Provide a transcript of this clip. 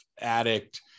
addict